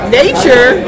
nature